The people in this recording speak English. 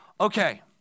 okay